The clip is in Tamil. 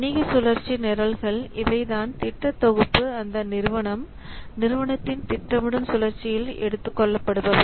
வணிக சுழற்சி நிரல்கள் இவைதான் திட்ட தொகுப்பு அந்த நிறுவனம் நிறுவனத்தின் திட்டமிடும் சுழற்சியில் எடுத்துக்கொள்ளப் படுபவை